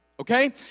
okay